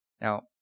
Now